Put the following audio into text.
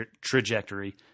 trajectory